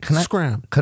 Scram